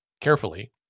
carefully